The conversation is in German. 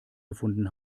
gefunden